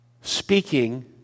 speaking